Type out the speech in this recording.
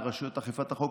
לרשויות אכיפת החוק,